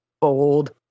bold